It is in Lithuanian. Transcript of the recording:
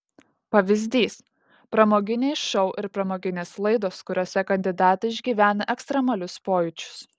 pavyzdys pramoginiai šou ir pramoginės laidos kuriose kandidatai išgyvena ekstremalius pojūčius